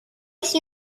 ice